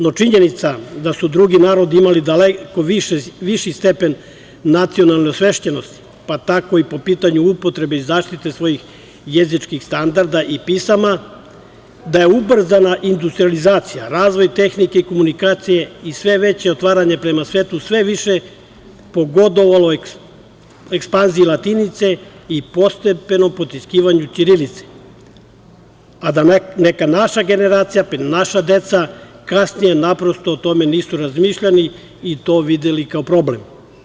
No, činjenica da su drugi narodi imali daleko viši stepen nacionalne osvešćenosti, pa tako i po pitanju upotrebe i zaštite svojih jezičkih standarda i pisama, da je ubrzana industrijalizacija, razvoj tehnike i telekomunikacije i sve veće otvaranje prema svetu sve više pogodovalo ekspanziji latinice i postepenom potiskivanju ćirilice, a da neka naša generacija, naša deca kasnije naprosto o tome nisu razmišljali i to videli kao problem.